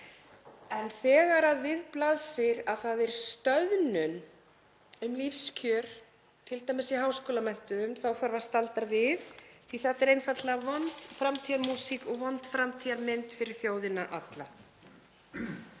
En þegar við blasir að það er stöðnun á lífskjörum, t.d. hjá háskólamenntuðum, þá þarf að staldra við því þetta er einfaldlega vond framtíðarmúsík og vond framtíðarmynd fyrir þjóðina alla.